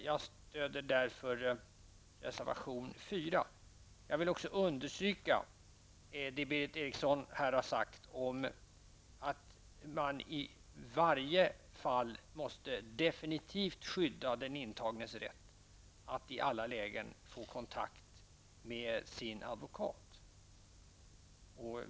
Jag stöder därför reservation nr Jag vill även understryka det Berith Eriksson här har sagt om att man i varje fall definitivt måste skydda den intagnes rätt att i alla lägen få kontakt med sin advokat.